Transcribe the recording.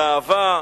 על האהבה,